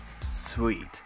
sweet